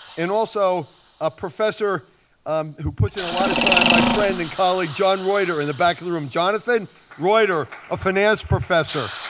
and also a professor who puts in a lot of time, my friend and colleague john reuter in the back of the room. jonathan reuter, a finance professor.